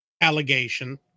allegation